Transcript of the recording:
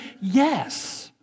yes